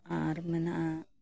ᱟᱨ ᱢᱮᱱᱟᱜᱼᱟ